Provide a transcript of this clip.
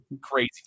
crazy